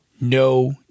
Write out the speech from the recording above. no